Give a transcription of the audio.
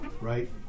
right